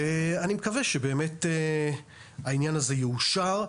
אני מקווה שבאמת העניין הזה יאושר,